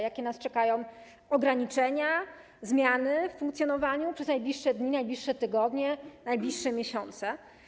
Jakie nas czekają ograniczenia, zmiany w funkcjonowaniu przez najbliższe dni, najbliższe tygodnie, najbliższe miesiące?